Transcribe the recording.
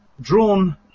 drawn